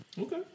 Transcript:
okay